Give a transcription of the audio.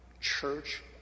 church